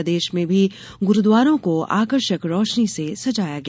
प्रदेश में भी गुरुद्वारों को आकर्षक रोशनी से सजाया गया